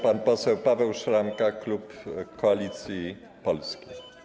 Pan poseł Paweł Szramka, klub Koalicji Polskiej.